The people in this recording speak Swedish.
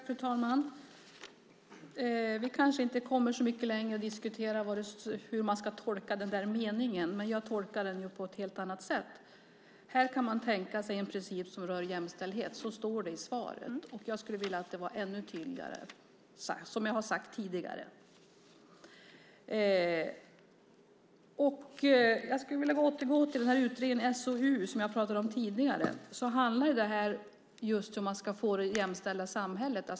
Fru talman! Vi kanske inte kommer så mycket längre med att diskutera hur man ska tolka den där meningen, men jag tolkar den på ett helt annat sätt. "Här kan man tänka sig en princip som rör jämställdhet." Så står det i svaret. Jag skulle vilja att det var ännu tydligare, som jag har sagt tidigare. Jag skulle vilja återgå till utredningen, SOU, som jag pratade om tidigare. Det här handlar just om hur man ska få det jämställda samhället.